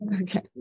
okay